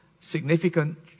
significant